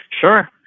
Sure